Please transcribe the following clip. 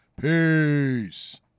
Peace